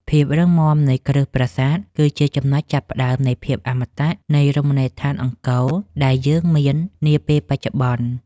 ភាពរឹងមាំនៃគ្រឹះប្រាសាទគឺជាចំណុចចាប់ផ្តើមនៃភាពអមតៈនៃរមណីយដ្ឋានអង្គរដែលយើងមាននាពេលបច្ចុប្បន្ន។